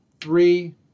three